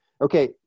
Okay